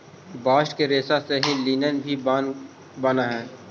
bast के रेसा से ही लिनन भी बानऽ हई